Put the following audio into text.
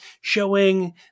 showing